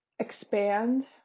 expand